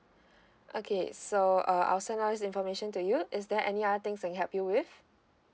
okay so uh I'll send all these information to you is there any other things can help you with